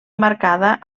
marcada